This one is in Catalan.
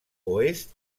oest